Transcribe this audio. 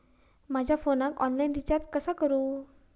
माझ्या फोनाक online recharge कसा करू?